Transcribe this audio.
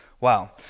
wow